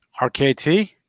RKT